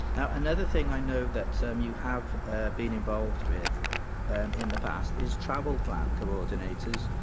now, another thing i know that so um you have been involved with in the past is travel plan co-ordinators,